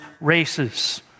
races